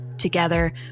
Together